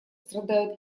страдают